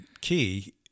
Key